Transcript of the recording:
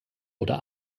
oder